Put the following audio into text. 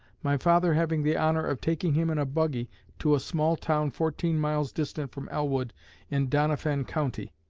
my father having the honor of taking him in a buggy to a small town fourteen miles distant from elwood in doniphan county.